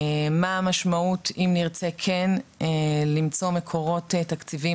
מה המשמעות אם נרצה כן למצוא מקורות תקציביים